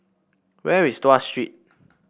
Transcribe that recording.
where is Tuas Street